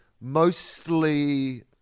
mostly